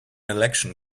election